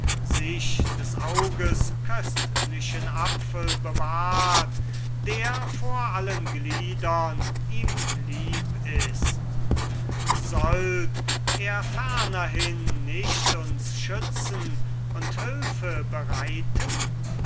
sich des auges köstlichen apfel bewahrt der vor allen gliedern ihm lieb ist sollt er fernerhin nicht uns schützen und hülfe bereiten